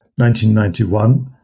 1991